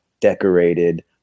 decorated